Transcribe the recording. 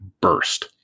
burst